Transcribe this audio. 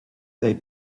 they